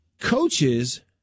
coaches